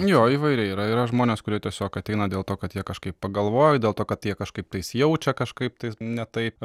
jo įvairiai yra yra žmonės kurie tiesiog ateina dėl to kad jie kažkaip pagalvojo dėl to kad jie kažkaip tais jaučia kažkaip tais ne taip